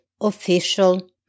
official